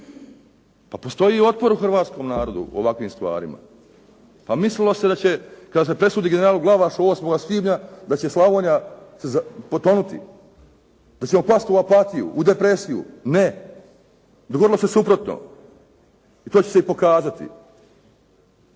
Pa postoji otpor u hrvatskom narodu u ovakvim stvarima. Pa mislilo se da će, kad se presudi generalu Glavašu 8. svibnja da će Slavonija potonuti, da ćemo pasti u apatiju, u depresiju. Ne! Dogodilo se suprotno i to će se i pokazati.